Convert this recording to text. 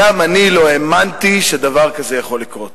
גם אני לא האמנתי שדבר כזה יכול לקרות.